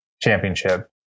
championship